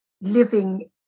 living